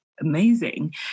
amazing